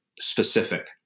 specific